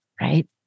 right